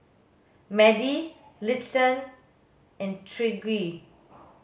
Madie Liston and Tyrique